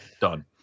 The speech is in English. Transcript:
done